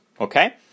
Okay